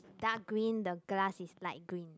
dark green the glass is light green